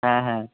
হ্যাঁ হ্যাঁ